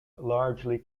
largely